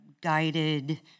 guided